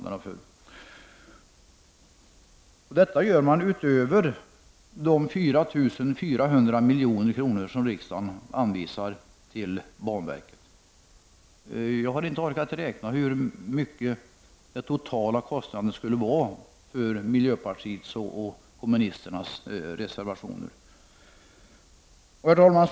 Detta kräver reservanterna utöver de 4 400 milj.kr. som riksdagen anvisar till banverket. Jag har inte orkat räkna ut den totala kostnaden för miljöpartiets och vänsterns reservationer. Herr talman!